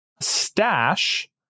Stash